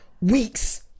weeks